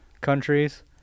countries